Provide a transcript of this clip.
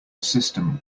system